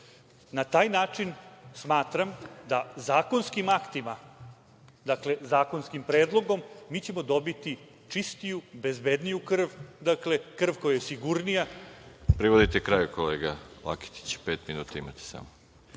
Na taj način smatram da zakonskim aktima, dakle, zakonskim predlogom, mi ćemo dobiti čistiju, bezbedniju krv, krv koja je sigurnija… **Veroljub Arsić** Privedite kraju, kolega Laketiću. Pet minuta imate samo.